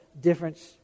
difference